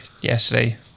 yesterday